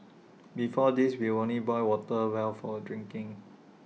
before this we only boil water well for A drinking